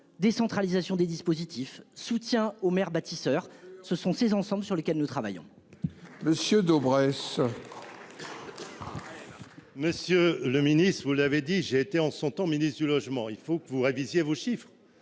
Décentralisation des dispositifs soutien aux maires bâtisseurs. Ce sont ces ensembles sur lesquels nous travaillons. Monsieur Daubresse. Monsieur le Ministre, vous l'avez dit, j'ai été en son temps ministre du logement, il faut que vous révisez vos chiffres.